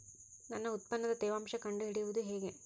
ನನ್ನ ಉತ್ಪನ್ನದ ತೇವಾಂಶ ಕಂಡು ಹಿಡಿಯುವುದು ಹೇಗೆ?